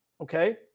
okay